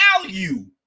value